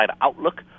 outlook